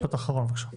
משפט אחרון, בבקשה.